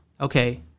Okay